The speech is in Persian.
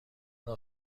نوع